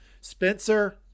Spencer